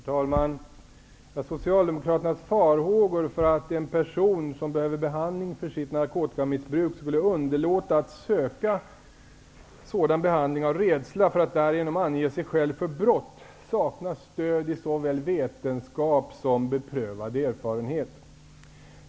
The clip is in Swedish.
Herr talman! Socialdemokraternas farhågor för att en person som behöver behandling för sitt narkotikamissbruk skulle underlåta att söka sådan behandling av rädsla för att därigenom ange sig själv för brott saknar stöd i såväl vetenskap som beprövad erfarenhet.